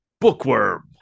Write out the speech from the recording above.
bookworm